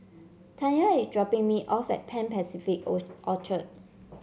Tanya is dropping me off at Pan Pacific Orchard